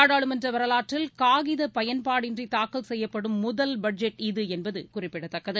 நாடா ளுமன்றவரலாற்றில் காகிதபயன்பாடின்றிதாக்கல் செய்யப்படும் பட்ஜெட் முதல் இது என்பதுகுறிப்பிடத்தக்கது